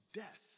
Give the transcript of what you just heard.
death